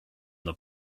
the